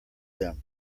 them